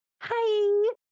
hi